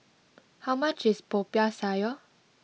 how much is Popiah Sayur